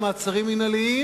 מבחוץ, ותרשו לי, לעתים גם מבית.